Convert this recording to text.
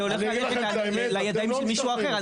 שהולך ללכת לידיים של מישהו אחר.